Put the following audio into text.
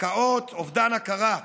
הקאות, אובדן הכרה.